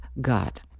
God